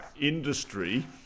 industry